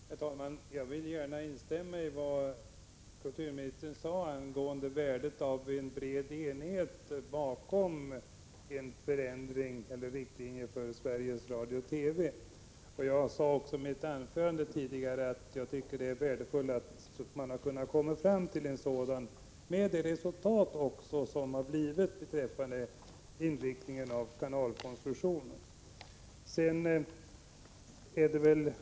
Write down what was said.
Herr talman! Jag vill gärna instämma i vad kulturministern sade angående värdet av en bred enighet bakom en förändring av riktlinjerna för Sveriges Radio och TV. Jag sade i mitt anförande tidigare att det är värdefullt att man har kunnat komma fram till en sådan förändring. Jag sade detta också med tanke på resultatet beträffande inriktningen av kanalkonstruktionen.